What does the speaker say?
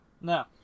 No